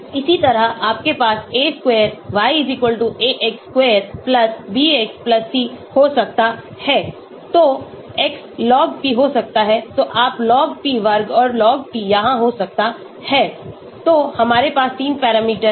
इसी तरह आपके पास a square yax squarebxc हो सकता है तो x Log P हो सकता है तो आप Log P वर्ग और Log P यहां हो सकते हैं तो हमारे पास 3 पैरामीटर हैं